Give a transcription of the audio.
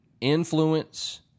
influence